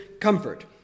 comfort